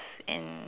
and